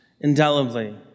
indelibly